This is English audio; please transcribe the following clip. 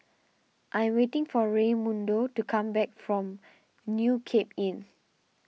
I am waiting for Raymundo to come back from New Cape Inn